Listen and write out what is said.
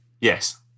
Yes